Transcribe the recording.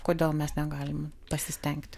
kodėl mes negalim pasistengti